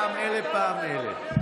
פעם אלה פעם אלה.